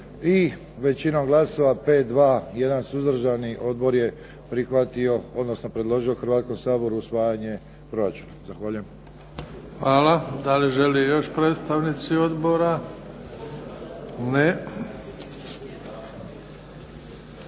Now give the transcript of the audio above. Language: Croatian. I većinom glasova pet dva jedan suzdržani odbor je prihvatio, odnosno predložio Hrvatskom saboru usvajanje proračuna. Zahvaljujem. **Bebić, Luka (HDZ)** Hvala. Da li žele još predstavnici odbora? Ne.